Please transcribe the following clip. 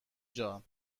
جان